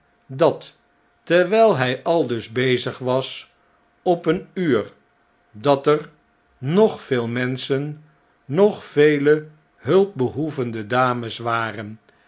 dat terwjl hjj aldus bezig was op een uur dat er noch vele menschen noch vele hulpbehoevende dames waren